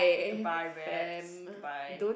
goodbye webs goodbye